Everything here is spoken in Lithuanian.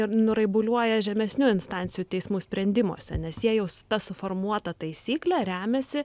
ir nuraibuliuoja žemesnių instancijų teismų sprendimuose nes jie jau su ta suformuota taisykle remiasi